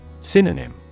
Synonym